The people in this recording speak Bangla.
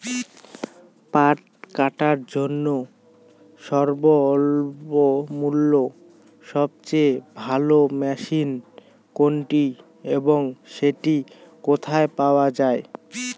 পাট কাটার জন্য স্বল্পমূল্যে সবচেয়ে ভালো মেশিন কোনটি এবং সেটি কোথায় পাওয়া য়ায়?